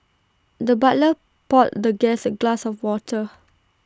the butler poured the guest A glass of water